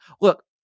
look